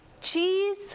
Cheese